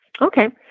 Okay